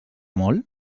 molt